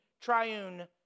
triune